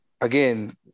again